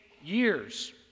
years